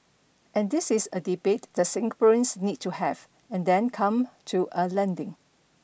and this is a debate that Singaporeans need to have and then come to a landing